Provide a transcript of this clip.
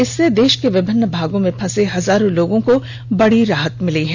इससे देश के विभिन्न भागों में फंसे हजारों लोगों को बड़ी राहत मिली है